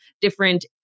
different